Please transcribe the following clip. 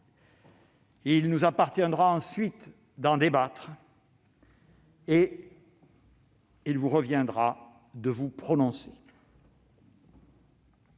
Il nous appartiendra ensuite d'en débattre. Et il vous reviendra de vous prononcer.